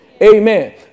Amen